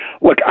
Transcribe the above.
Look